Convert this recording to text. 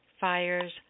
fires